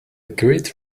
great